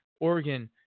Oregon